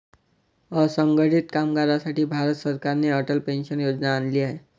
असंघटित कामगारांसाठी भारत सरकारने अटल पेन्शन योजना आणली आहे